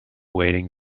waiting